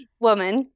woman